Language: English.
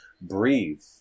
breathe